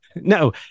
no